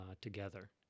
together